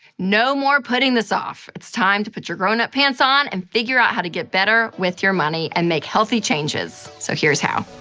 no more putting this off. it's time to put your grown-up pants on and figure out how to get better with your money and make healthy changes. so here's how.